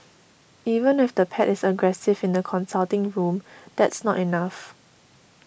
even if the pet is aggressive in the consulting room that's not enough